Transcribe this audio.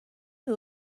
who